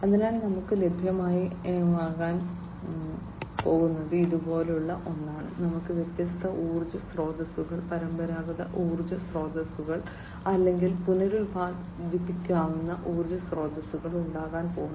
അതിനാൽ നമുക്ക് ലഭിക്കാൻ പോകുന്നത് ഇതുപോലുള്ള ഒന്നാണ് നമുക്ക് വ്യത്യസ്ത ഊർജ്ജ സ്രോതസ്സുകൾ പരമ്പരാഗത ഊർജ്ജ സ്രോതസ്സുകൾ അല്ലെങ്കിൽ പുനരുൽപ്പാദിപ്പിക്കാവുന്ന ഊർജ്ജ സ്രോതസ്സുകൾ ഉണ്ടാകാൻ പോകുന്നു